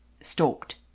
stalked